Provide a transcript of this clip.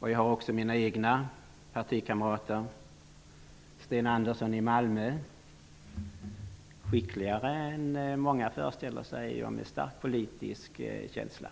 Bland mina egna partikamrater återfinns Sten Andersson i Malmö. Han är skickligare än vad många föreställer sig, och han har en stark politisk känsla.